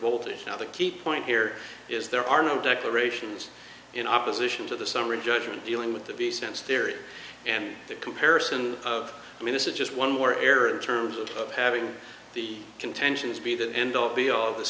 oldish now the key point here is there are no declarations in opposition to the summary judgment dealing with the b sense theory and the comparison of i mean this is just one more error terms of having the contentions be the end all be all this